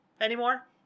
anymore